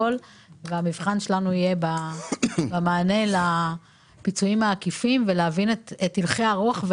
והמבחן שלנו יהיה במענה לפיצויים העקיפים אם נבין את הלכי הרוח,